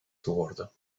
geworden